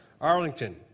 Arlington